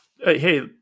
hey